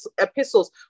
epistles